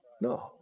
No